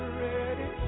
ready